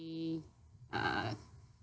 uh